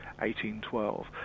1812